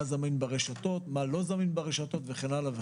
מה זמין ברשתות, מה לא זמין ברשתות וכן הלאה.